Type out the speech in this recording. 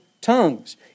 tongues